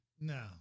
No